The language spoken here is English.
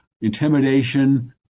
intimidation